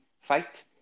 fight